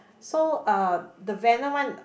so uh the Venom one